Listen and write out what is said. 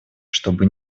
чтобы